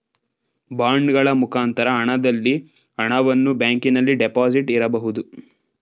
ಬಾಂಡಗಳ ಮುಖಾಂತರ ಹಣದಲ್ಲಿ ಹಣವನ್ನು ಬ್ಯಾಂಕಿನಲ್ಲಿ ಡೆಪಾಸಿಟ್ ಇರಬಹುದು